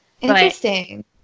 Interesting